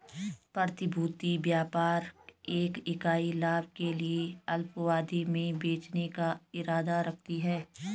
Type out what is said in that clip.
प्रतिभूति व्यापार एक इकाई लाभ के लिए अल्पावधि में बेचने का इरादा रखती है